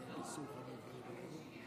הם משנים את התקנות,